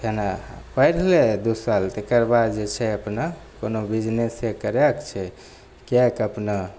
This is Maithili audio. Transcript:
पहिने पढ़ि ले दु साल तकर बाद जे छै अपना कोनो बिजनेसे करयके छै किएकक अपना